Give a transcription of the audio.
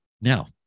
Now